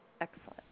Excellent